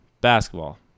basketball